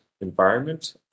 environment